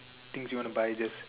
things you want to buy just